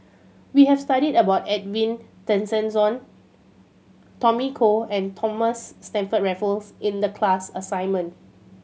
we have studied about Edwin Tessensohn Tommy Koh and Thomas Stamford Raffles in the class assignment